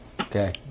Okay